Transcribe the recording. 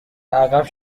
عقب